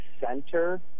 center